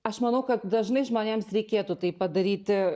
aš manau kad dažnai žmonėms reikėtų tai padaryti